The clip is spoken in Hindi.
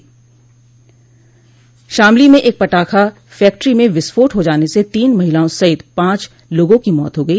शामली मेंएक पटाखा फैक्ट्री में विस्फोट हो जाने से तीन महिलाओं सहित पांच लागों की मौत हो गई